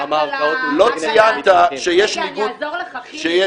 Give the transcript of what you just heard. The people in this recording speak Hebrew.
רגע, אני אעזור לך, חיליק.